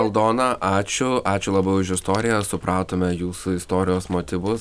aldona ačiū ačiū labai už istoriją supratome jūsų istorijos motyvus